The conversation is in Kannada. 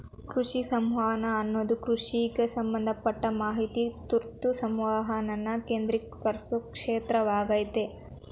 ಕೃಷಿ ಸಂವಹನ ಅನ್ನದು ಕೃಷಿಗ್ ಸಂಬಂಧಪಟ್ಟ ಮಾಹಿತಿ ಕುರ್ತು ಸಂವಹನನ ಕೇಂದ್ರೀಕರ್ಸೊ ಕ್ಷೇತ್ರವಾಗಯ್ತೆ